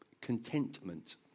contentment